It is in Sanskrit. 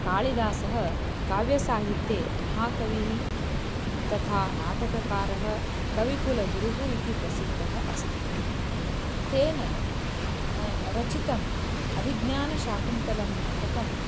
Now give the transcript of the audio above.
कालिदासः काव्यसाहित्ये महाकविः तथा नाटककारः कविकुलगुरुः इति प्रसिद्धः अस्ति तेन रचितम् अभिज्ञानशाकुन्तलं नाटकं